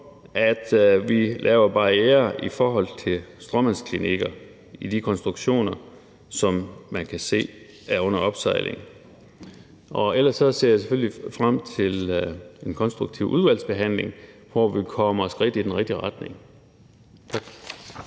at vi laver barrierer mod stråmandsklinikker i de konstruktioner, som man kan se er under opsejling. Ellers ser jeg selvfølgelig frem til en konstruktiv udvalgsbehandling, hvor vi kommer et skridt i den rigtige retning. Tak.